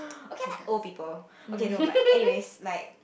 okay I like old people okay no but anyways like